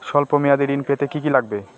সল্প মেয়াদী ঋণ পেতে কি কি লাগবে?